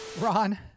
Ron